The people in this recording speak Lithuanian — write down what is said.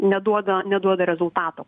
neduoda neduoda rezultato